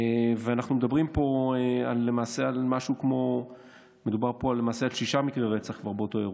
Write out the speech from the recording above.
אנחנו מדברים פה למעשה על שישה מקרי רצח כבר באותו יום.